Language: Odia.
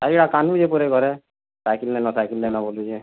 ଆଜ୍ଞା କାନ୍ଦୁଛେ ପରେ ଘରେ ସାଇକେଲ୍ ନାଇନ ସାଇକେଲ୍ ନାଇନ ବୋଲୁଛେଁ